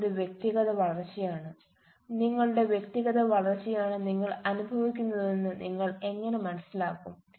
അടുത്തത് വ്യക്തിഗത വളർച്ചയാണ് നിങ്ങളുടെ വ്യക്തിഗത വളർച്ചയാണ് നിങ്ങൾ അനുഭവിക്കുന്നതെന്ന് നിങ്ങൾ എങ്ങനെ മനസ്സിലാക്കും